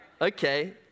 okay